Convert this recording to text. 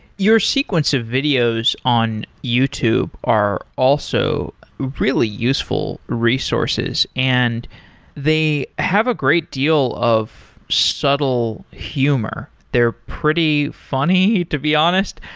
your sequence of videos on youtube are also really useful resources, and they have a great deal of subtle humor. they're pretty funny, to be honest.